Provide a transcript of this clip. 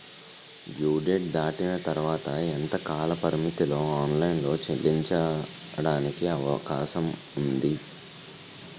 Due date దాటిన తర్వాత ఎంత కాలపరిమితిలో ఆన్ లైన్ లో చెల్లించే అవకాశం వుంది?